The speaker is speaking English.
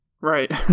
Right